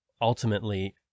ultimately